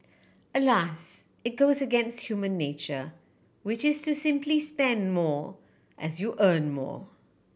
alas it goes against human nature which is to simply spend more as you earn more